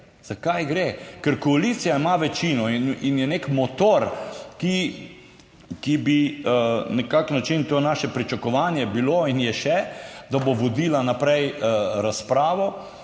za kaj gre, ker koalicija ima večino in je nek motor. Ki bi na kak način to naše pričakovanje bilo in je še, da bo vodila naprej razpravo.